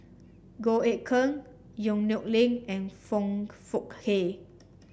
Goh Eck Kheng Yong Nyuk Lin and Foong Fook Kay